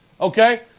okay